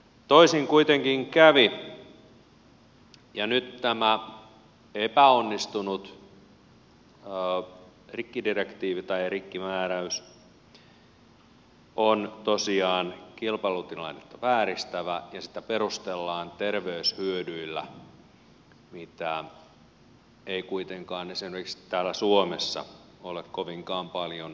toisin kuitenkin kävi ja nyt tämä epäonnistunut rikkimääräys on tosiaan kilpailutilannetta vääristävä ja sitä perustellaan terveyshyödyillä joita ei kuitenkaan esimerkiksi täällä suomessa ole kovinkaan paljon saatavilla